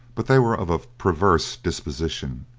but they were of a perverse disposition,